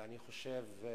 ואני חושב,